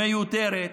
מיותרת.